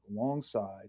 alongside